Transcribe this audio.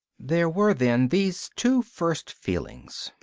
there were, then, these two first feelings,